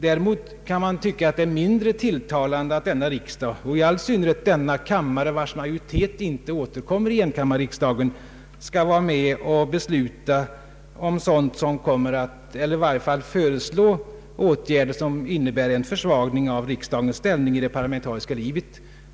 Däremot anser jag det mindre tilltalande att tvåkammarriksdagen — i all synnerhet denna kammare vars majoritet inte återkommer i enkammarriksdagen — skall vara med om att föreslå åtgärder som innebär en försvagning av riksdagens ställning i det parlamentariska livet.